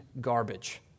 garbage